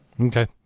Okay